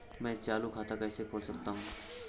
मैं चालू खाता कैसे खोल सकता हूँ?